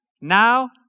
Now